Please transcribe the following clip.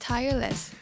Tireless